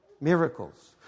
miracles